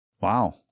Wow